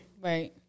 Right